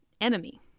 enemy